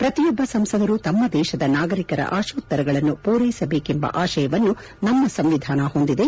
ಪ್ರತಿಯೊಬ್ಬ ಸಂಸದರೂ ತಮ್ಮ ದೇಶದ ನಾಗರಿಕರ ಆಶೋತ್ತರಗಳನ್ನು ಪೂರೈಸಬೇಕೆಂಬ ಆಶಯವನ್ನು ನಮ್ನ ಸಂವಿಧಾನ ಹೊಂದಿದೆ